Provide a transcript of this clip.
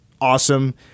Awesome